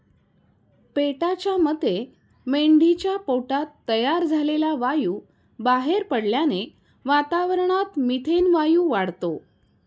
पेटाच्या मते मेंढीच्या पोटात तयार झालेला वायू बाहेर पडल्याने वातावरणात मिथेन वायू वाढतो